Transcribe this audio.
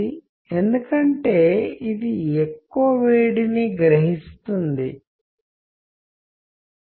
కాబట్టి మనము కమ్యూనికేషన్ యొక్క ఛానెల్లను చూస్తున్నప్పుడు చాలా ఉండవచ్చు